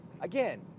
Again